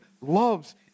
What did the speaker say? loves